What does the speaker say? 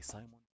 Simon